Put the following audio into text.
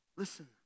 Listen